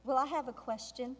well i have a question